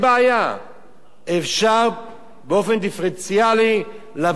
אפשר באופן דיפרנציאלי לבוא ולומר,